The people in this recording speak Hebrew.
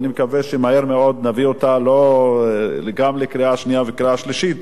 ואני מקווה שמהר מאוד נביא אותה לקריאה שנייה ושלישית,